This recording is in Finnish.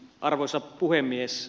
arvoisa puhemies